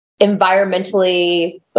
environmentally